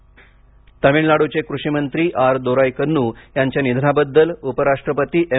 निधन तामिळनाडूचे कृषिमंत्री आर डोराईकन्नू यांच्या निधनाबद्दल उपराष्ट्रपती एम